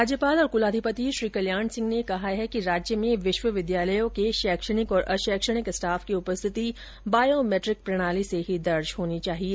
राज्यपाल और कुलाधिपति श्री कल्याण सिंह ने कहा है कि राज्य में विश्वविद्यालयों के शैक्षणिक और अशैक्षणिक स्टाफ की उपस्थिति बायोमैट्रिक प्रणाली से ही दर्ज होनी चाहिए